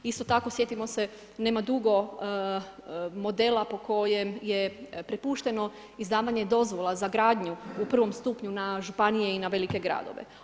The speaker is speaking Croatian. Isto tako sjetimo se nema dugo modela po kojem je prepušteno izdavanje dozvola za gradnju u prvom stupnju na županije i velike gradove.